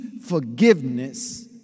forgiveness